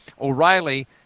O'Reilly